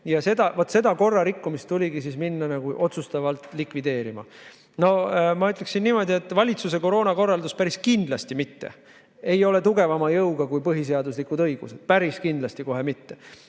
vot seda korrarikkumist tuligi minna otsustavalt likvideerima. No ma ütleksin niimoodi, et valitsuse koroonakorraldus ei ole päris kindlasti mitte tugevama jõuga kui põhiseaduslikud õigused, päris kindlasti kohe mitte.